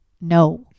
No